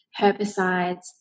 herbicides